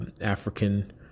African